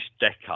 decade